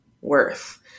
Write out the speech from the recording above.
worth